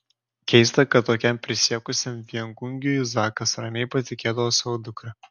keista kad tokiam prisiekusiam viengungiui zakas ramiai patikėdavo savo dukrą